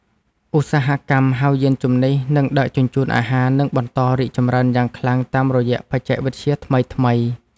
ឧស្សាហកម្មហៅយានជំនិះ និងដឹកជញ្ជូនអាហារ នឹងបន្តរីកចម្រើនយ៉ាងខ្លាំងតាមរយៈបច្ចេកវិទ្យាថ្មីៗ។